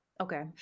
okay